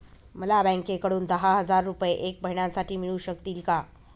मला बँकेकडून दहा हजार रुपये एक महिन्यांसाठी मिळू शकतील का?